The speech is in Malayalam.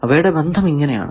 അവയുടെ ബന്ധം ഇങ്ങനെയാണ്